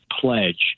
pledge